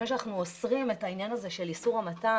שאנחנו אוסרים את העניין הזה של איסור המתה,